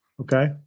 Okay